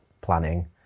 planning